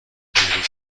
تلویزیون